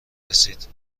رسید